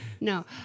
No